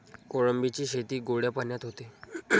कोळंबीची शेती गोड्या पाण्यात होते